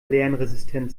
lernresistent